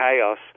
chaos